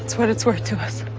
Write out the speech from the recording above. what it's worth to us.